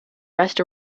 best